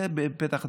זה בפתח הדברים.